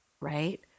Right